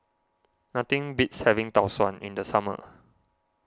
nothing beats having Tau Suan in the summer